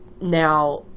now